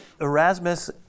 Erasmus